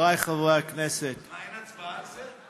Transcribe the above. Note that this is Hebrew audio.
חבריי חברי הכנסת, מה, אין הצבעה על זה?